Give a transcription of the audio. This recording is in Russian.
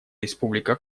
республика